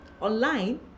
online